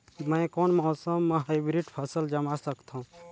मै कोन मौसम म हाईब्रिड फसल कमा सकथव?